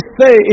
say